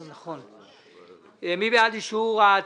התשע"ט-2019?